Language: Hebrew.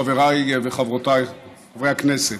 חבריי וחברותיי חברי הכנסת,